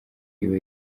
iba